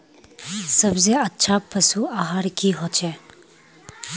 सबसे अच्छा पशु आहार की होचए?